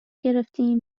گرفتیم